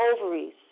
ovaries